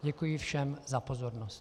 Děkuji všem za pozornost.